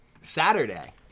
Saturday